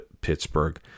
Pittsburgh